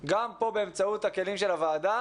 גם כאן באמצעות הכלים של הוועדה,